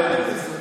אתם גרמתם לזה.